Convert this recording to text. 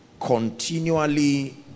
continually